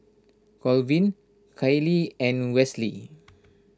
Colvin Kyleigh and Wesley